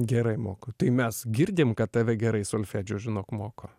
gerai moko tai mes girdim kad tave gerai solfedžio žinok moko